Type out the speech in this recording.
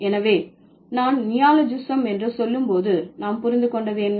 எனவே நான் நியோலோஜிஸம் என்று சொல்லும் போது நாம் புரிந்து கொண்டது என்ன